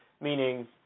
meaning